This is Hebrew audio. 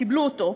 קיבלו אותו,